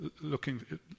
looking